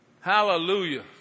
Hallelujah